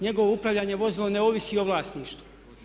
Njegovo upravljanje vozilo ne ovisi o vlasništvu.